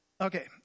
Okay